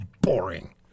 boring